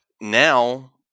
now